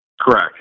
Correct